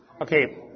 Okay